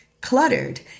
cluttered